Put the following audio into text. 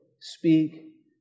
speak